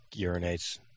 urinates